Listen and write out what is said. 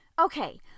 Okay